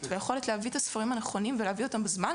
והיכולת להביא את הספרים הנכונים ולהביא אותם בזמן,